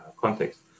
context